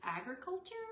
agriculture